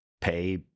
pay